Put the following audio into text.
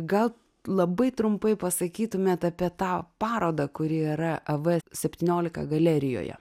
gal labai trumpai pasakytumėt apie tą parodą kuri yra av septyniolika galerijoje